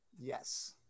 Yes